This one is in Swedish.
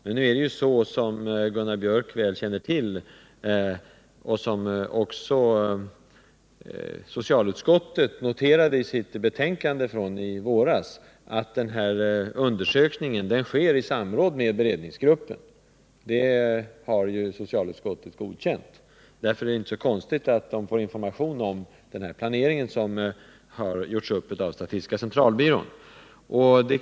Men som Gunnar Biörck väl känner till och som också socialutskottet noterade i sitt betänkande i våras sker undersökningen i samråd med beredningsgruppen. Det har socialutskottet godkänt. Det är därför inte så konstigt att beredningsgruppen får information om statistiska centralbyråns planering.